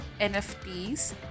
NFTs